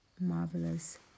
marvelous